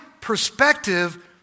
perspective